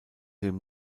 dem